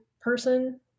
person